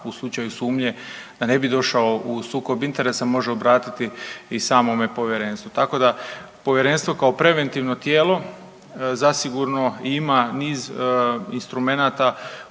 u slučaju sumnje, da ne bi došao u sukob interesa, može obratiti i samome Povjerenstvu, tako da Povjerenstvo kao preventivno tijelo zasigurno ima niz instrumenata kojima